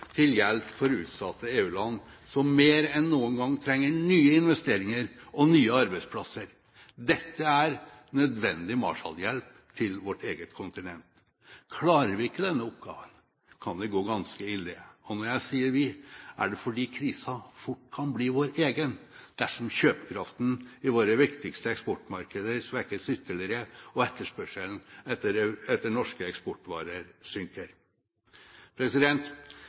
til hjelp for utsatte EU-land som mer enn noen gang trenger nye investeringer og nye arbeidsplasser. Dette er nødvendig marshallhjelp til vårt eget kontinent. Klarer vi ikke denne oppgaven, kan det gå ganske ille – og når jeg sier «vi», er det fordi krisen fort kan bli vår egen dersom kjøpekraften i våre viktigste eksportmarkeder svekkes ytterligere, og etterspørselen etter norske eksportvarer